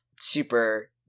Super